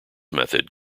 method